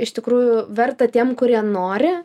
iš tikrųjų verta tiem kurie nori